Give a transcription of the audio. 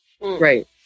Right